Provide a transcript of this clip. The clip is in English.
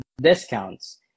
discounts